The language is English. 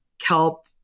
kelp